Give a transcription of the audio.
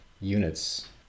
units